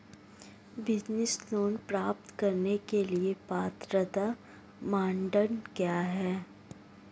Business loan प्राप्त करने के लिए पात्रता मानदंड क्या हैं?